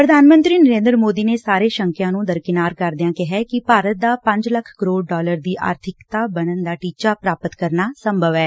ਪ੍ਰਧਾਨ ਮੰਤਰੀ ਨਰੇਂਦਰ ਸੋਦੀ ਨੇ ਸਾਰੇ ਸੰਕਿਆ ਨੂੰ ਦਰਕਿਨਾਰ ਕਰਦਿਆਂ ਕਿਹੈ ਕਿ ਭਾਰਤ ਦਾ ਪੰਜ ਲੱਖ ਕਰੋੜ ਡਾਲਰ ਦੀ ਆਰਥਿਕਤਾ ਬਣਨ ਦਾ ਟੀਚਾ ਪ੍ਰਾਪਤ ਕਰਨਾ ਸੰਭਵ ਐ